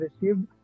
received